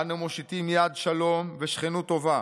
"אנו מושיטים יד שלום ושכנות טובה